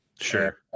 Sure